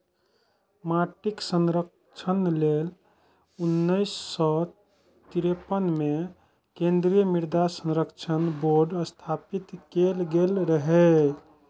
माटिक संरक्षण लेल उन्नैस सय तिरेपन मे केंद्रीय मृदा संरक्षण बोर्ड स्थापित कैल गेल रहै